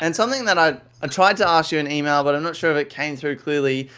and something that i've ah tried to ask you in email, but i'm not sure if it came through clearly,